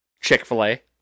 Chick-fil-A